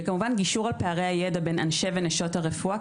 כמובן גם גישור על פערי הידע בין אנשי ונשות הרפואה,